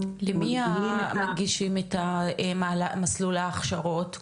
אנחנו --- מי מגישים את מסלול ההכשרות?